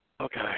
Okay